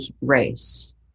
race